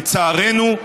לצערנו,